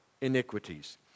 iniquities